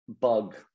bug